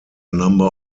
number